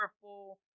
powerful